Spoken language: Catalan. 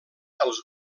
els